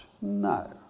No